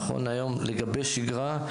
נכון להיום לגבי שגרה,